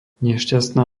nešťastná